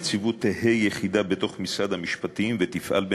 הנציבות תהא יחידה בתוך משרד המשפטים ותפעל,